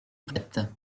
prête